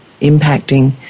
impacting